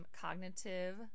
cognitive